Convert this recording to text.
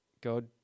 God